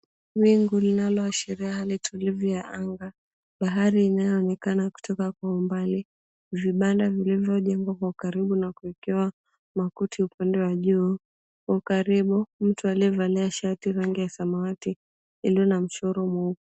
Wingu linaloashiria hali tulivu ya anga, bahari inayoonekana kutoka kwa umbali, vibanda vilivyojengwa kwa karibu na kuwekewa makuti upande wa juu, kwa karibu mtu aliyevalia shati ya rangi ya samawati iliyo na mchoro mweupe.